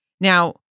Now